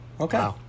Okay